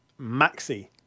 Maxi